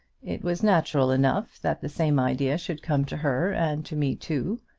it was natural enough that the same idea should come to her and to me too.